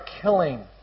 killing